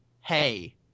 hey